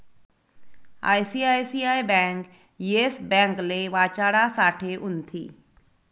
ICICI bank Yes ब्यांकले वाचाडासाठे उनथी